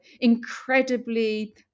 incredibly